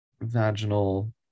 vaginal